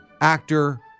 actor